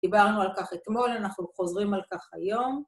דיברנו על כך אתמול, אנחנו חוזרים על כך היום.